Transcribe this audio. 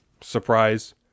Surprise